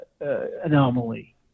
anomaly